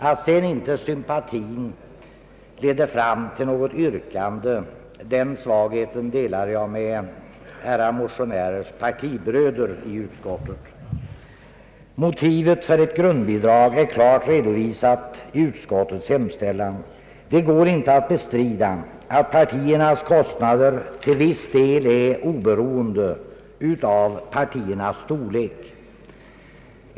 Att sedan inte sympatin lett fram till något bifallsyrkande, den svagheten delar jag med motionärernas partibröder i utskottet. Motivet för ett grundbidrag är klart redovisat i utskottets hemställan. Det går inte att bestrida att partiernas kostnader till viss del är oberoende av partiernas storlek.